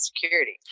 security